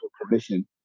permission